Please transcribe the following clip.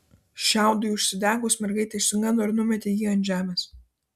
šiaudui užsidegus mergaitė išsigando ir numetė jį ant žemės